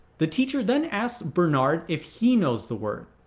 the teacher then asked bernard if he knows the word.